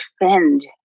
defend